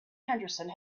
henderson